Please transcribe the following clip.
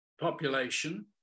population